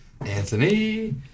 Anthony